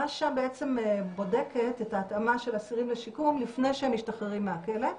רש"א בודקת את ההתאמה של אסירים לשיקום לפני שהם משתחררים מהכלא.